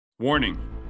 Warning